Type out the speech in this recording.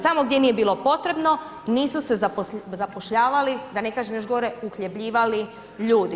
Tamo gdje nije bilo potrebno, nisu se zapošljavali, da ne kažem još gore, uhljebljivali ljudi.